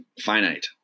finite